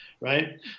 right